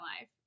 life